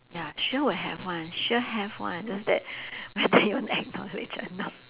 ya sure will have [one] sure have [one] just that whether you acknowledge or not